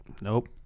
nope